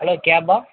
hello கேப்பா